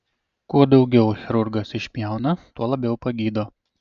kuo daugiau chirurgas išpjauna tuo labiau pagydo